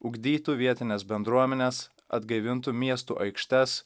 ugdytų vietines bendruomenes atgaivintų miestų aikštes